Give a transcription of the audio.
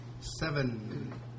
Seven